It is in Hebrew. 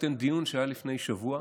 דיון שהיה לפני שבוע,